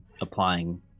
applying